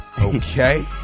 Okay